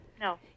no